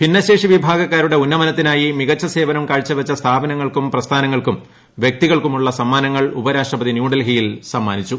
ഭിന്നശേഷി വിഭാഗക്കാരുടെ ഉന്നമനത്തിനായി മികച്ച സേവനം കാഴ്ചവച്ച സ്ഥാപനങ്ങൾക്കും പ്രസ്ഥാനങ്ങൾക്കും വ്യക്തികൾക്കുമുള്ള സമ്മാനങ്ങൾ ഉപരാഷ്ട്രപതി ന്യൂഡൽഹിയിൽ സമ്മാനിക്കും